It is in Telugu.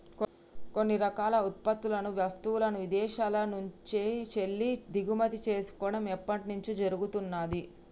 కొన్ని రకాల ఉత్పత్తులను, వస్తువులను ఇదేశాల నుంచెల్లి దిగుమతి చేసుకోడం ఎప్పట్నుంచో జరుగుతున్నాది